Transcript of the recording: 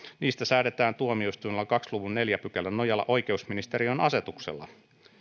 niistä säädetään tuomioistuinlain kahden luvun neljännen pykälän nojalla oikeusministeriön asetuksella